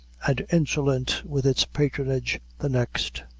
and insolent with its patronage, the next.